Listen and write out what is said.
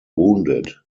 wounded